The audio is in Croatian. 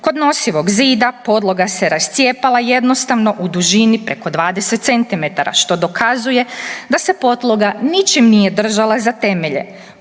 Kod nosivog zida podloga se rascijepala jednostavno u dužini preko 20 cm što dokazuje da se podloga ničim nije držala za temelje.